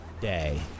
day